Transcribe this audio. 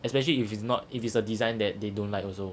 especially if it's not if it's a design that they don't like also